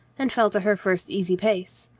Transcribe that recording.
and fell to her first easy pace.